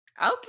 Okay